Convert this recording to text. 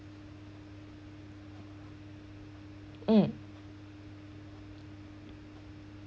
mm